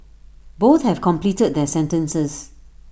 both have completed their sentences